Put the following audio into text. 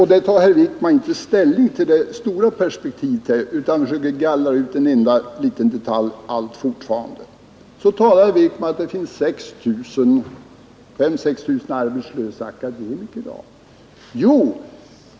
Herr Wijkman tar inte ställning till de stora perspektiven utan försöker allt fortfarande att gallra ut en enda liten detalj. Herr Wijkman talade om att det finns 5 000 — 6 000 arbetslösa akademiker i dag.